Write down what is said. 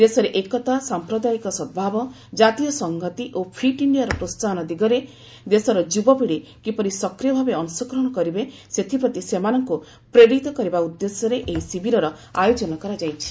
ଦେଶରେ ଏକତା ସାଂପ୍ରଦାୟିକ ସଦ୍ଭାବ ଜାତୀୟ ସଂହତି ଓ ଫିଟ୍ ଇଣ୍ଡିଆର ପ୍ରୋସାହନ ଦିଗରେ ଦେଶର ଯୁବପିଢ଼ି କିପରି ସକ୍ରିୟ ଭାବେ ଅଂଶଗ୍ରହଣ କରିବେ ସେଥିପ୍ରତି ସେମାନଙ୍କୁ ପ୍ରେରିତ କରିବା ଉଦ୍ଦେଶ୍ୟରେ ଏହି ଶିବିରର ଆୟୋଜନ କରାଯାଇଛି